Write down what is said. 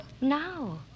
Now